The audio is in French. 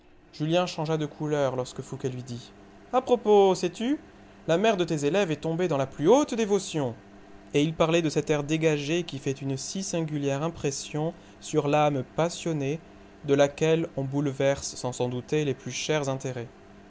julien changea de couleur lorsque fouqué lui dit a propos sais-tu la mère de tes élèves est tombée dans la plus haute dévotion et il parlait de cet air dégagé qui fait une si singulière impression sur l'âme passionnée de laquelle on bouleverse sans s'en douter les plus chers intérêts